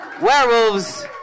Werewolves